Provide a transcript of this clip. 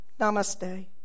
Namaste